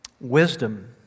wisdom